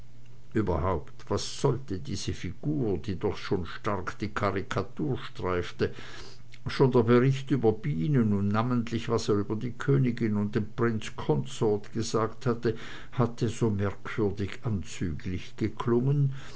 überhaupt was wollte diese figur die doch schon stark die karikatur streifte schon der bericht über die bienen und namentlich was er über die haltung der königin und den prince consort gesagt hatte hatte so merkwürdig anzüglich geklungen